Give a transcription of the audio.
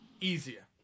easier